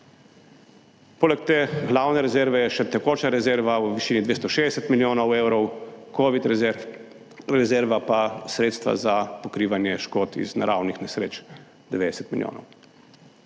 Poleg te glavne rezerve je še tekoča rezerva v višini 260 milijonov evrov covid rezerv, pa sredstva za pokrivanje škod iz naravnih nesreč, 90 milijonov.